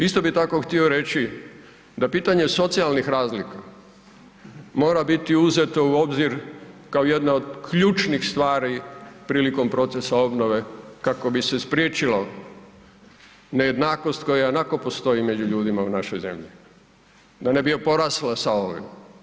Isto bi tako htio reći da pitanje socijalnih razlika mora biti uzeto u obzir kao jedna od ključnih stvari prilikom procesa obnove kako bi se spriječila nejednakost koja ionako postoji među ljudima u našoj zemlji, da ne bi porasla s ovim.